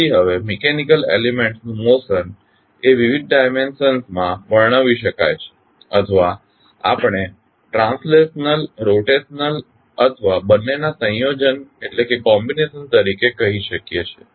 તેથી હવે mechanical elements નું મોશન એ વિવિધ ડામેન્શનસ માં વર્ણવી શકાય છે અથવા આપણે ટ્રાન્સલેશનલ રોટેશનલ અથવા બંનેના સંયોજન તરીકે કહી શકીએ છીએ